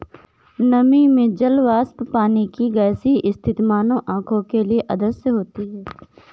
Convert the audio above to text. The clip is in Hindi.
नमी में जल वाष्प पानी की गैसीय स्थिति मानव आंखों के लिए अदृश्य होती है